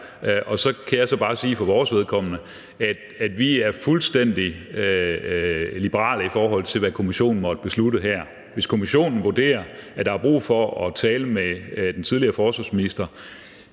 og så kan jeg så bare sige for vores vedkommende, at vi er fuldstændig liberale, i forhold til hvad kommissionen måtte beslutte her. Hvis kommissionen vurderer, at der er brug for at tale med den tidligere forsvarsminister,